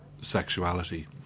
sexuality